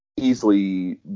Easily